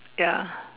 ya